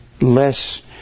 less